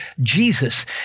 Jesus